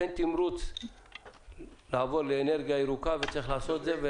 תימרוץ לעבור לאנרגיה ירוקה וצריך לעשות את זה.